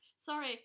sorry